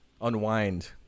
unwind